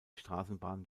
straßenbahn